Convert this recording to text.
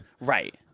Right